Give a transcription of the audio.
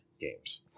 games